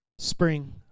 Spring